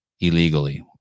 illegally